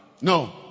No